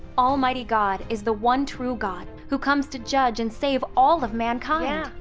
almighty god is the one true god who comes to judge and save all of mankind. yeah!